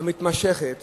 המתמשכת